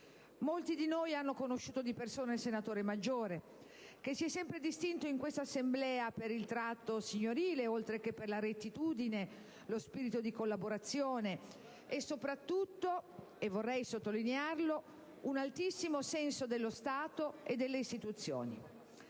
Molti di noi hanno conosciuto di persona il senatore Maggiore che si è sempre distinto in questa Assemblea per il tratto signorile oltre che per la rettitudine, lo spirito di collaborazione e soprattutto - e vorrei sottolinearlo - un altissimo senso dello Stato e delle istituzioni.